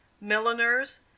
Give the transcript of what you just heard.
milliners